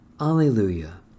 Alleluia